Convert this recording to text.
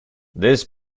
this